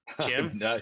Kim